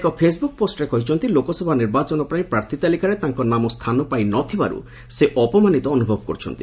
ଏକ ଫେସ୍ବୁକ୍ ପୋଷ୍ଟରେ ସେ କହିଛନ୍ତି ଲୋକସଭା ନିର୍ବାଚନ ପାଇଁ ପ୍ରାର୍ଥୀ ତାଲିକାରେ ତାଙ୍କର ନାମ ସ୍ଥାନ ପାଇ ନ ଥିବାରୁ ସେ ଅପମାନିତ ଅନୁଭବ କରୁଛନ୍ତି